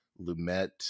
Lumet